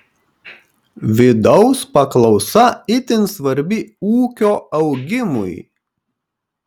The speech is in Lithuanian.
vidaus paklausa itin svarbi ūkio augimui